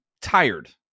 tired